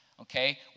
Okay